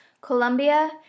Colombia